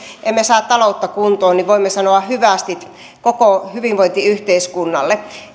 emme saa taloutta kuntoon niin voimme sanoa hyvästit koko hyvinvointiyhteiskunnalle